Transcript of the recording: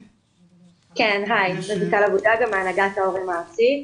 כן, רויטל אבו דגה מהנהגת ההורים הארצית.